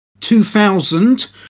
2000